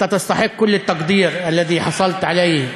אתה ראוי לכל ההערכה שקיבלת מכל חברי הכנסת,